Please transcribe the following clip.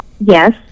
Yes